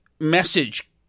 message